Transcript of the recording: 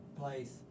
place